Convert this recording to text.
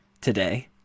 today